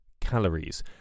calories